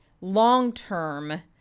long-term